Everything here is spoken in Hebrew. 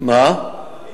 שהם